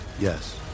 Yes